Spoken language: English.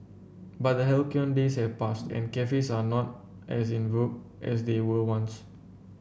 but the halcyon days have passed and cafes are not as in vogue as they were once